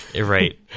Right